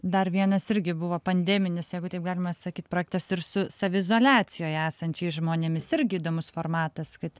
dar vienas irgi buvo pandeminis jeigu taip galima sakyt projektas ir su saviizoliacijoje esančiais žmonėmis irgi įdomus formatas kad